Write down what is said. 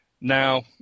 Now